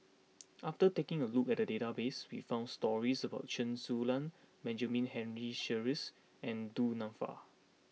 after taking a look at the database we found stories about Chen Su Lan Benjamin Henry Sheares and Du Nanfa